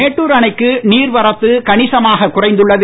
மேட்டுர் அணைக்கு நீர்வரத்து கனிசமாக குறைந்துள்ளது